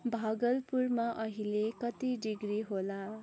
भागलपुरमा अहिले कति डिग्री होला